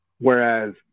Whereas